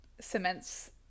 Cements